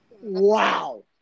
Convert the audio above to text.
Wow